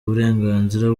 uburenganzira